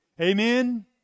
Amen